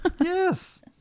Yes